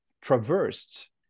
traversed